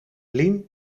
lien